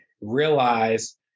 realize